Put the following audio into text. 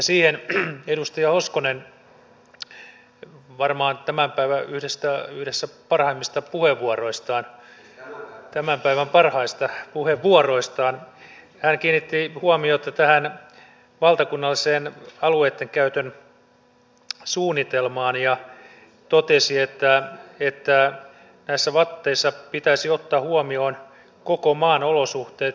siinä edustaja hoskonen varmaan yhdessä tämän päivän parhaimmista puheenvuoroistaan tämän päivän parhaista puheenvuoroistaan kiinnitti huomiota tähän valtakunnalliseen alueittenkäytön suunnitelmaan ja totesi että näissä vateissa pitäisi ottaa huomioon koko maan olosuhteet